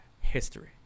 history